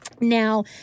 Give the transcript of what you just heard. Now